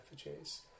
effigies